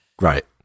right